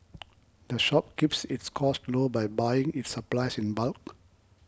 the shop keeps its costs low by buying its supplies in bulk